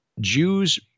Jews